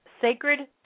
Sacred